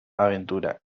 aventura